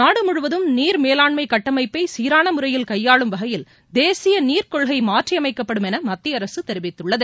நாடு முழுவதும் நீர் மேலான்மை கட்டமைப்பை சீரான முறையில் கையாளும்வகையில் தேசிய நீர்க்கொள்கை மாற்றியமைக்கப்படும் என மத்திய அரசு தெரிவித்துள்ளது